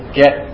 get